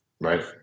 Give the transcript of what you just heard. right